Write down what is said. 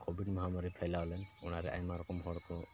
Covid ᱢᱚᱦᱟᱢᱟᱹᱨᱤ ᱯᱷᱟᱭᱞᱟ ᱞᱮᱱ ᱚᱱᱟᱨᱮ ᱟᱭᱢᱟ ᱨᱚᱠᱚᱢ ᱦᱚᱲ ᱠᱚ